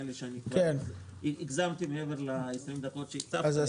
לי שאני כבר הגזמתי מעבר ל-20 דקות שהקצבת לנו,